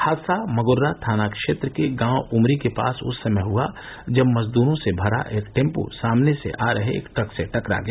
हादसा मगोर्रा थाना क्षेत्र के गाव उमरी के पास उस समय हुआ जब मजदूरों से भरा एक टैंपो सामने से आ रहे एक ट्रक से टकरा गया